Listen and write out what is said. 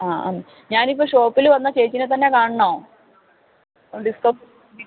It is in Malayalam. ആ അം ഞാൻ ഇപ്പം ഷോപ്പിൽ വന്നാൽ ചേച്ചിയെ തന്നെ കാണണമോ ഡിസ്ക്ക